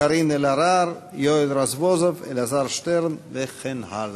קארין אלהרר, יואל רזבוזוב, אלעזר שטרן וכן הלאה.